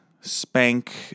spank